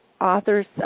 authors